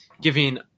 giving